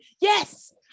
yes